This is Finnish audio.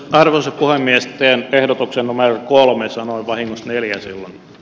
arvoisa puhemies teen ehdotuksen numero kolme sanoo vain neljässä a